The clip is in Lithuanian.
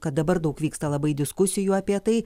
kad dabar daug vyksta labai diskusijų apie tai